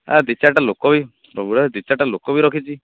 ଏ ଦୁଇ ଚାରିଟା ଲୋକ ଦୁଇ ଚାରିଟା ଲୋକ ବି ରଖିଛି